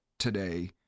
today